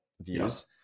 views